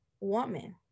woman